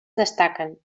destaquen